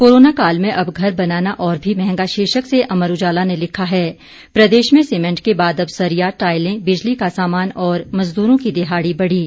corona काल में अब घर बनाना और भी महंगा शीर्षक से अमर उजाला ने लिखा है प्रदेश में सीमेंट के बाद अब सरिया टाइलें बिजली का सामान और मजदूरों की दिहाड़ी बढ़ी